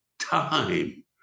time